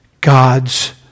God's